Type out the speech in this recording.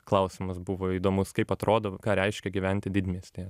klausimas buvo įdomus kaip atrodo ką reiškia gyventi didmiestyje